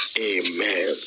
Amen